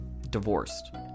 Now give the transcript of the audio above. divorced